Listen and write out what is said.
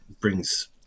brings